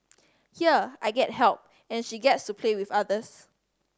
here I get help and she gets to play with others